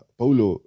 paulo